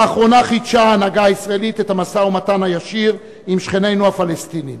באחרונה חידשה ההנהגה הישראלית את המשא-ומתן הישיר עם שכנינו הפלסטינים.